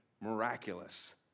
miraculous